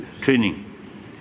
training